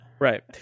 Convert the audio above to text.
right